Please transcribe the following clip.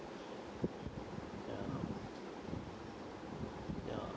ya